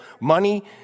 Money